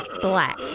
black